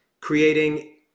creating